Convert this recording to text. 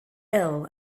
ill